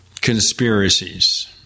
conspiracies